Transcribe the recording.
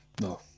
No